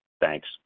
Thanks